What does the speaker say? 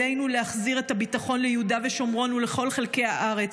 עלינו להחזיר את הביטחון ליהודה ושומרון ולכל חלקי הארץ,